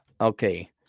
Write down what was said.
Okay